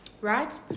right